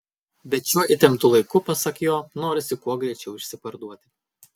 bet šiuo įtemptu laiku pasak jo norisi kuo greičiau išsiparduoti